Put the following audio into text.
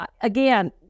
again